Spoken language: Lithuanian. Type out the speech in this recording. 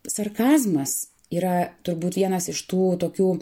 sarkazmas yra turbūt vienas iš tų tokių